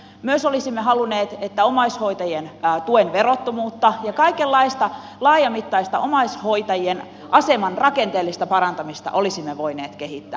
myös olisimme halunneet että omaishoitajien tuen verottomuutta ja kaikenlaista laajamittaista omais hoitajien aseman rakenteellista parantamista olisi voitu kehittää